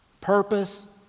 purpose